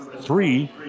three